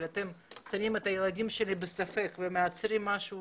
אבל אתם שמים את הילדים שלי בספק ומייצרים משהו